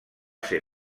ser